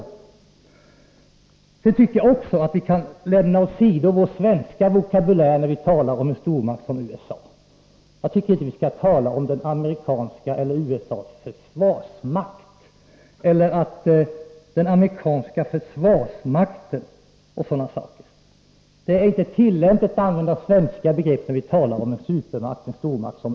Sedan tycker jag att vi kan lämna åsido vår svenska vokabulär när vi talar om stormakter som USA. Jag tycker inte att vi skall tala om den amerikanska försvarsmakten e. d. Det är inte lämpligt att använda svenska begrepp när vi talar om supermakter som USA.